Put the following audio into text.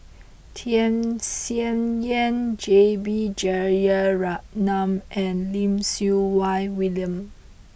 Tham Sien Yen J B Jeyaretnam and Lim Siew Wai William